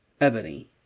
Ebony